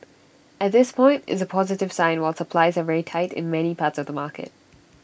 at this point it's A positive sign while supplies are very tight in many parts of the market